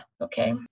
okay